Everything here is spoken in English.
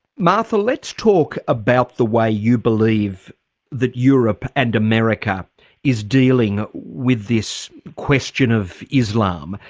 martha let's talk about the way you believe that europe and america is dealing with this question of islam.